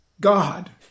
God